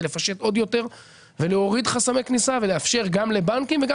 לפשט עוד יותר ולהוריד חסמי כניסה ולאפשר גם לבנקים וגם